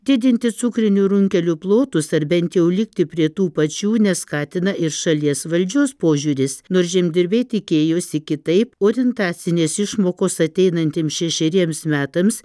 didinti cukrinių runkelių plotus ar bent jau likti prie tų pačių neskatina ir šalies valdžios požiūris nors žemdirbiai tikėjosi kitaip orientacinės išmokos ateinantiems šešeriems metams